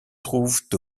trouvent